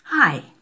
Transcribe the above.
Hi